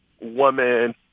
woman